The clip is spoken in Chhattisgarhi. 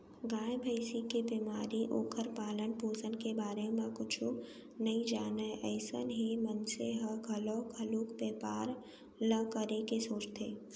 गाय, भँइसी के बेमारी, ओखर पालन, पोसन के बारे म कुछु नइ जानय अइसन हे मनसे ह घलौ घलोक बैपार ल करे के सोचथे